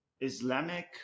Islamic